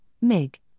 MIG